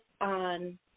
on